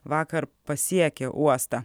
vakar pasiekė uostą